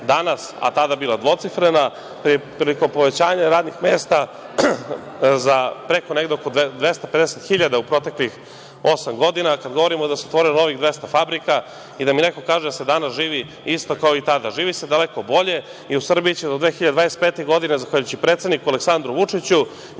a tada bila dvocifrena, prilikom povećanja radnih mesta za preko negde oko 250.000 u proteklih osam godina, kad govorimo da se otvorilo novih 200 fabrika i da mi neko kaže da se danas živi isto kao i tada. Živi se daleko bolje i u Srbiji će do 2025. godine, zahvaljujući predsedniku Aleksandru Vučiću,